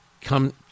come